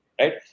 Right